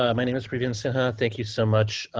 ah my name is prevents haha. thank you so much.